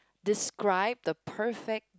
describe the perfect